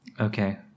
Okay